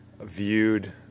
viewed